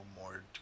more